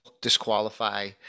disqualify